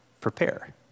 prepare